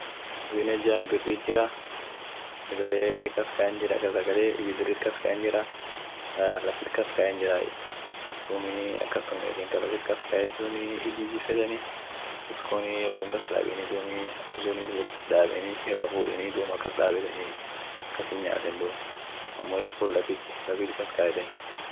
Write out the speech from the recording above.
Woni jirsunii aninii tende irfedai. tenden hinmioti aminen, aminen ishin diko cholea yeden afia cholea, duum silaate sunum nyaadai. kuniinen machungai machunga cholea, amootu tendum sun lila irnyaadai. mara biriamuu amootu wiki kas mara ak afuri unum nyaad sila